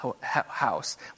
house